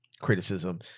criticism